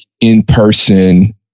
in-person